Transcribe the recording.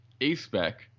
A-Spec